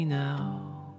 now